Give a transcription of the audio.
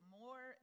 more